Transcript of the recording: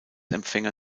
empfänger